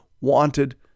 wanted